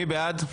מי בעד?